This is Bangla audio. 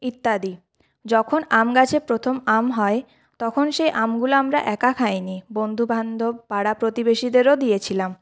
ইত্যাদি যখন আম গাছে প্রথম আম হয় তখন সে আমগুলো আমরা একা খাইনি বন্ধুবান্ধব পাড়া প্রতিবেশীদেরও দিয়েছিলাম